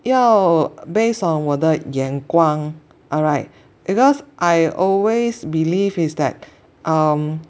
要 based on 我的眼光 alright because I always believe is that um